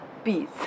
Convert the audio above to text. peace